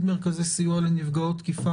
אלא במקרה שהאישה רוצה ללכת למשטרה.